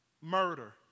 Murder